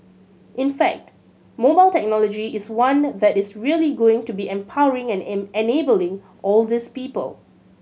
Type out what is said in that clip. in fact mobile technology is one that is really going to be empowering and enabling all these people